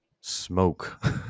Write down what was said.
smoke